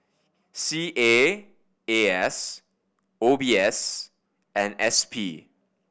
C A A S O B S and S P